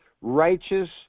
righteous